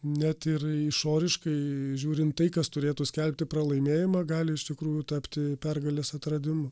net ir išoriškai žiūrint tai kas turėtų skelbti pralaimėjimą gali iš tikrųjų tapti pergalės atradimu